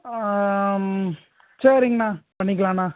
சரிங்கண்ணா பண்ணிக்கலாண்ணா